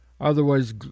otherwise